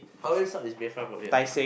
how many stops is Bayfront from here